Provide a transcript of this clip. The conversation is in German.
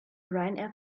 ryanair